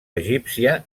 egípcia